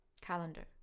calendar